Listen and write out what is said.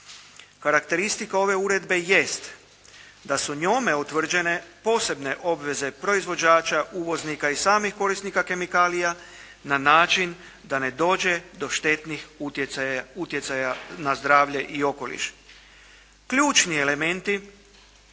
Karakteristika ove uredbe jest da su njome utvrđene posebne obveze proizvođača, uvoznika i samih korisnika kemikalija na način da ne dođe do štetnih utjecaja na zdravlje i okoliš. Ključni elementi